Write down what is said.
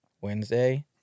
Wednesday